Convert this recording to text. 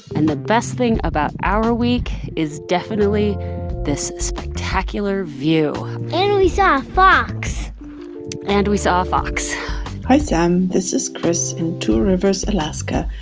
and the best thing about our week is definitely this spectacular view and we saw a fox and we saw a fox hi, sam. this is kris in two rivers, alaska.